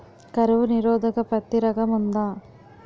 కరువు నిరోధక పత్తి రకం ఉందా?